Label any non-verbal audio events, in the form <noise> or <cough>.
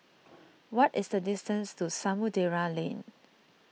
<noise> what is the distance to Samudera Lane